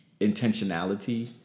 intentionality